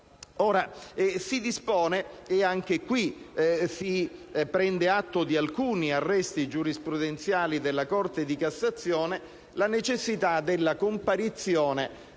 Si dispone, anche in questo caso prendendo atto di alcuni arresti giurisprudenziali della Corte di cassazione, la necessità della comparizione